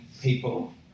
people